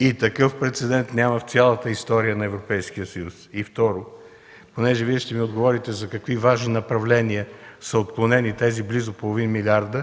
и такъв прецедент няма в цялата история на Европейския съюз. Второ, понеже ще ми отговорите в какви важни направления са отклонени тези близо половин милиард,